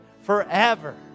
forever